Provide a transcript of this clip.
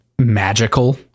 magical